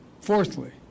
Fourthly